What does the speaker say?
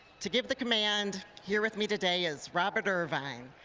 to give the command, here with me today is robert irvine.